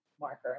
marker